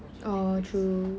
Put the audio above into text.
oh true